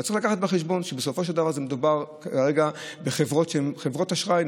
צריכים לקחת בחשבון שבסופו של דבר מדובר כרגע בחברות שהן חברות אשראי,